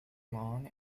long